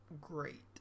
great